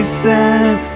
stand